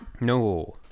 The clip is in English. no